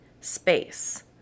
space